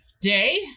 day